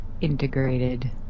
integrated